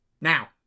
Now